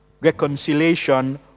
reconciliation